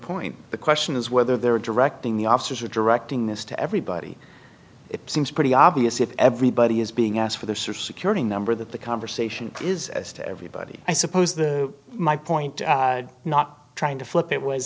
point the question is whether they're directing the officers or directing this to everybody it seems pretty obvious if everybody is being asked for their security number that the conversation is as to everybody i suppose the my point not trying to flip it was